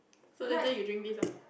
so later you drink this lah